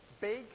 big